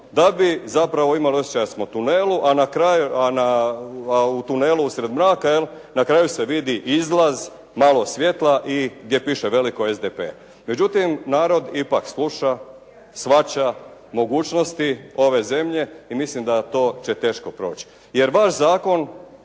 da bi zapravo imali osjećaj da smo u tunelu, a u tunelu usred mraka. Na kraju se vidi izlaz malo svjetla i gdje piše veliko SDP. Međutim, narod ipak sluša, shvaća mogućnosti ove zemlje i mislim da to će teško proći. Jer vaš zakon